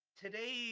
today